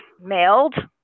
mailed